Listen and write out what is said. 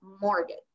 mortgage